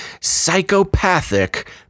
psychopathic